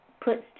puts